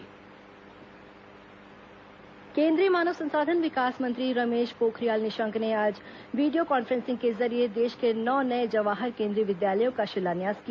केंद्रीय मंत्री जवाहर विद्यालय केन्द्रीय मानव संसाधन विकास मंत्री रमेश पोखरियाल निशंक ने आज वीडियो कॉन्फ्रेसिंग के जरिये देश के नौ नए जवाहर केंद्रीय विद्यालयों का शिलान्यास किया